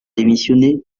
démissionné